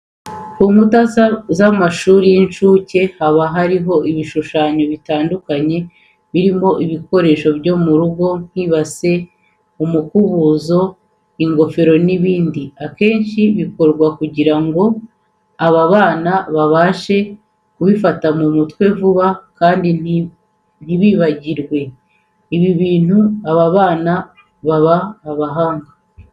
Ku nkuta z'amashiri y'incuke haba hariho ibishushanyo bitandukanye birimo ibikoresho byo mu rugo nk' ibase n'umukubuzo, ingorofani n'ibindi. Akenshi bikorwa kugira ngo aba bana babashe kubifata mu mutwe vuba kandi ntibabyibagirwe. Ibi bituma aba bana baba bahanga.